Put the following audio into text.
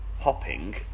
hopping